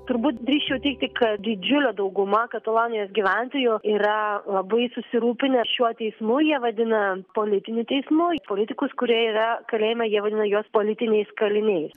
turbūt drįsčiau teigti kad didžiulė dauguma katalonijos gyventojų yra labai susirūpinę šiuo teismu jie vadina politiniu teismu politikus kurie yra kalėjime jie vadina juos politiniais kaliniais